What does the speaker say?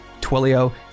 Twilio